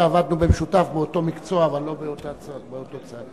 כשעבדנו במשותף באותו מקצוע אבל לא באותו צד.